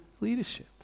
leadership